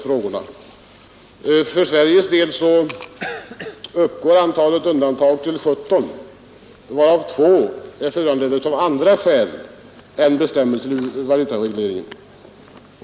För Sveriges del uppgår antalet undantag till 17, varav 2 är föranledda av andra skäl än bestämmelser i valutaregleringen.